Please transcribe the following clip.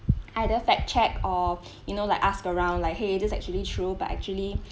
either fact check or you know like ask around like !hey! is it actually true but actually